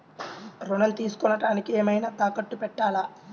ఋణం తీసుకొనుటానికి ఏమైనా తాకట్టు పెట్టాలా?